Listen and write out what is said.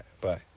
bye